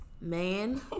man